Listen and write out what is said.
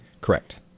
Correct